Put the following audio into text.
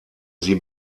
sie